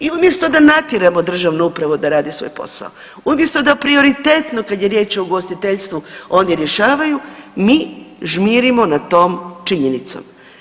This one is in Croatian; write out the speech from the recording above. I umjesto da natjeramo državnu upravu da radi svoj posao, umjesto da prioritetno kad je riječ o ugostiteljstvu oni rješavaju, mi žmirimo nad tom činjenicom.